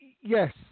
yes